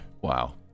Wow